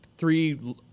three